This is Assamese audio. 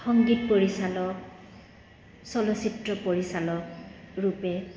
সংগীত পৰিচালক চলচ্চিত্ৰ পৰিচালক ৰূপে